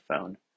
phone